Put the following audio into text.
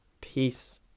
peace